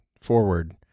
forward